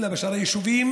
אלא שבשאר היישובים,